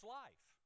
life